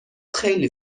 خیلی